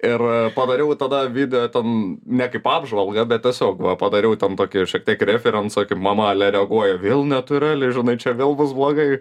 ir padariau tada video ten ne kaip apžvalgą bet tiesiog va padariau ten tokį šiek tiek referencą kaip mama ale reaguoja vėl neturi ale žinai čia vėl bus blogai